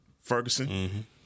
Ferguson